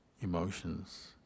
emotions